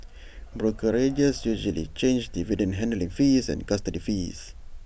brokerages usually charge dividend handling fees and custody fees